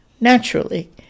Naturally